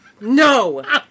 No